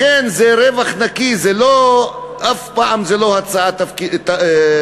לכן, זה רווח נקי, זה אף פעם לא הצעה תקציבית.